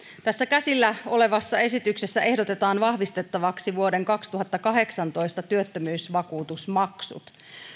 tässä käsillä olevassa esityksessä ehdotetaan vahvistettavaksi vuoden kaksituhattakahdeksantoista työttömyysvakuutusmaksut